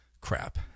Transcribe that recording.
crap